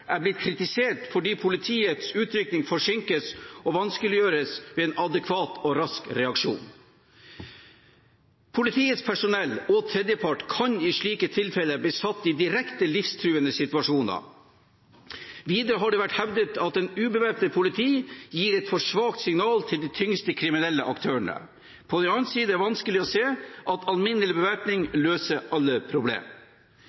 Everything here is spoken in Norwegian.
er blitt kritisert fordi politiets utrykning forsinkes og vanskeliggjør en adekvat og rask reaksjon. Politiets personell og tredjepart kan i slike tilfeller bli satt i direkte livstruende situasjoner. Videre har det vært hevdet at et ubevæpnet politi gir et for svakt signal til de tyngste kriminelle aktørene. På den annen side er det vanskelig å se at alminnelig bevæpning løser alle